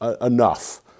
enough